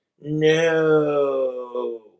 No